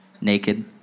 naked